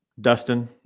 Dustin